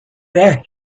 very